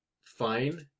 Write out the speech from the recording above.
fine